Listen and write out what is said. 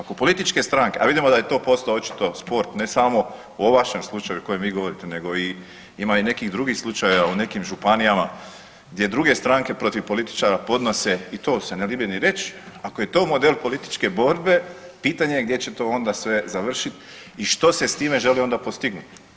Ako političke stranke, a vidimo da je to postao očito spor ne samo u vašem slučaju o kojem vi govorite nego ima i nekih drugih slučajeva u nekim županijama gdje druge stranke protiv političara podnose i to se ne libi ni reć, ako je to model političke borbe pitanje je gdje će to onda sve završit i što se s time želi onda postignut.